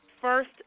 first